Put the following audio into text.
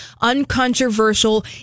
uncontroversial